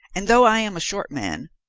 and though i am a short man,